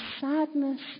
sadness